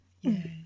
yes